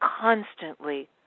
constantly